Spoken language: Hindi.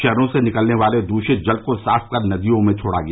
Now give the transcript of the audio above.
शहरों से निकलने वाले दूषित जल को साफ कर नदियों में छोड़ा गया